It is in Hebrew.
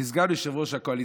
כסגן יושב-ראש הקואליציה,